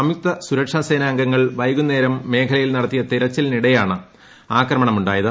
സംയുക്ത സുരക്ഷ സേനാംഗങ്ങൾ വൈകുന്നേരം മേഖലയിൽ നടത്തിയ തിരച്ചിലിനിടെയാണ് ആക്രമണം ഉ ായത്